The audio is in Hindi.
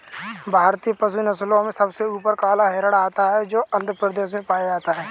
भारतीय पशु नस्लों में सबसे ऊपर काला हिरण आता है जो आंध्र प्रदेश में पाया जाता है